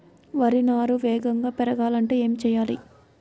వరి నారు వేగంగా పెరగాలంటే ఏమి చెయ్యాలి?